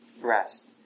rest